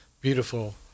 beautiful